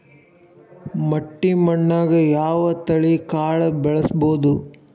ಮಟ್ಟಿ ಮಣ್ಣಾಗ್, ಯಾವ ತಳಿ ಕಾಳ ಬೆಳ್ಸಬೋದು?